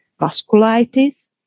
vasculitis